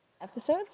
Episode